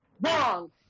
Wrong